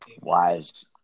wise